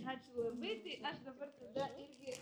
ačiū labai tai aš dabar tada irgi